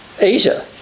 Asia